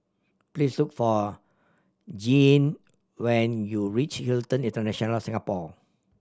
please look for Jeanne when you reach Hilton International Singapore